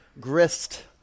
grist